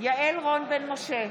יעל רון בן משה,